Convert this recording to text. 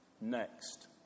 next